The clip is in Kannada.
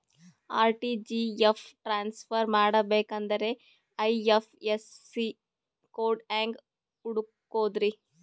ಆರ್.ಟಿ.ಜಿ.ಎಸ್ ಟ್ರಾನ್ಸ್ಫರ್ ಮಾಡಬೇಕೆಂದರೆ ಐ.ಎಫ್.ಎಸ್.ಸಿ ಕೋಡ್ ಹೆಂಗ್ ಹುಡುಕೋದ್ರಿ?